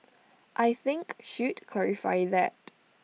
I think should clarify that